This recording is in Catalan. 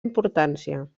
importància